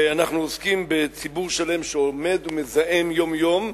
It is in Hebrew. ואנחנו עוסקים בציבור שלם שעומד ומזהם יום-יום,